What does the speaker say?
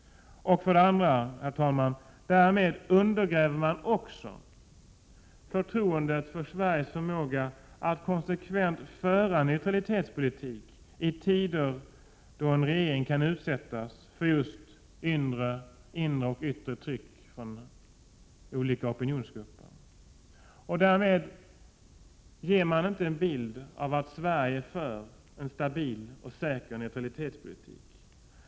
För det andra undergräver man därmed också förtroendet för Sveriges förmåga att konsekvent föra en neutralitetspolitik i tider då en regering kan utsättas för inre och yttre tryck från olika opinionsgrupper. Därmed ger man inte en bild av att Sverige är för en stabil och säker neutralitetspolitik.